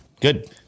Good